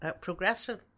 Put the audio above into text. progressive